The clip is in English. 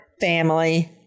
family